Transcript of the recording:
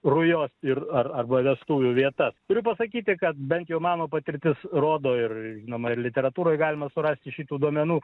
rujos ir ar arba vestuvių vietas turiu pasakyti kad bent jau mano patirtis rodo ir žinoma ir literatūroje galima surasti šitų duomenų